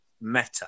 meta